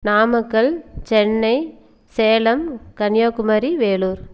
Namakkal Chennai Salem Kanyakumari Vellore